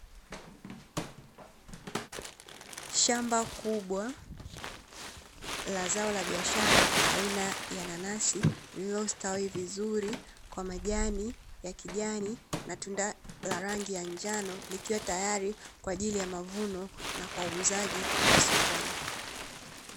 Shamba kubwa la zao la biashara aina ya nanasi iliyostawi vizuri kwa majani ya kijani na tunda ya rangi ya njano likiwa tayari kwa ajili ya mavuno na kwa uuzaji wa sokoni.